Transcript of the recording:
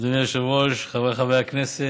אדוני היושב-ראש, חבריי חברי הכנסת,